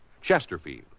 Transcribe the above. Chesterfield